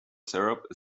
syrup